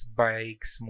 bikes